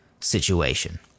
situation